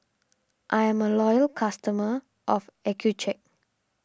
I am a loyal customer of Accucheck